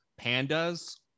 Pandas